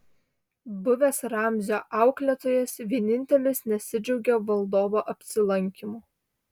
buvęs ramzio auklėtojas vienintelis nesidžiaugė valdovo apsilankymu